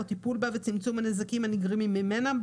או טיפול בה וצמצום הנזקים הנגרמים ממנה,